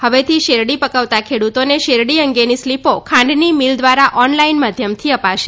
હવેથી શેરડી પકવતા ખેડૂતોને શેરડી અંગેની સ્લીપો ખાંડની મિલ દ્વારા ઓનલાઇન માધ્યમથી અપાશે